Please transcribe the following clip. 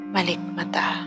Malikmata